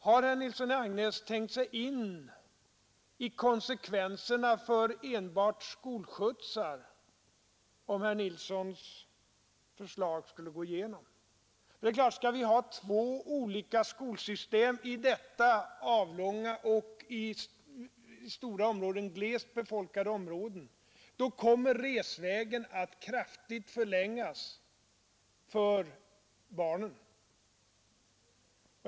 Har herr Nilsson tänkt sig in i konsekvenserna för enbart skolskjutsarna, om herr Nilssons förslag skulle gå igenom? Skall vi ha två olika skolsystem i detta avlånga land med stora glesbefolkade områden, kommer resvägen att kraftigt förlängas för barnen.